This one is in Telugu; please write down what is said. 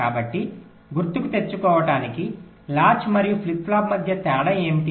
కాబట్టి గుర్తుకు తెచ్చుకోవటానికి లాచ్ మరియు ఫ్లిప్ ఫ్లాప్ మధ్య తేడా ఏమిటి